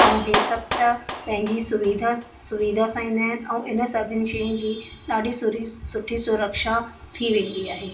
ऐं हे सभ त पंहिंजी सुविधा सां सुविधा सां ईंदा आहिनि ऐं इन सभिनि शयुनि जी ॾाढी सुरी सुठी सुरक्षा थी वेंदी आहे